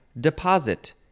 deposit